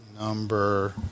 number